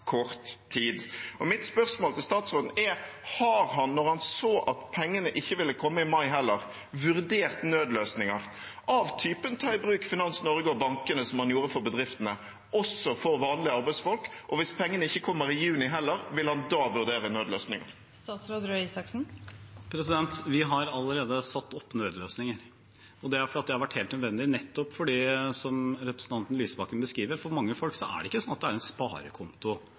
kort tid. Mitt spørsmål til statsråden er: Har han, da han så at pengene ikke ville komme i mai heller, vurdert nødløsninger av typen å ta i bruk Finans Norge og bankene, som han gjorde for bedriftene, også for vanlige arbeidsfolk? Og hvis pengene ikke kommer i juni heller – vil han da vurdere nødløsninger? Vi har allerede satt opp nødløsninger. Det er fordi det har vært helt nødvendig, nettopp fordi det – som representanten Lysbakken beskriver – for mange folk ikke har en sparekonto å leve av eller penger som bare ligger der som man kan bruke. Det